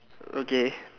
okay